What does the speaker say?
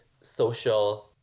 social